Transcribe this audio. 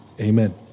Amen